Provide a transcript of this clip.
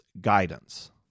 guidance